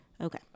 Okay